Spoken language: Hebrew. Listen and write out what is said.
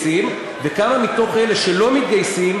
וכמה מתוך אלה שלא מתגייסים,